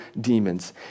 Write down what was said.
demons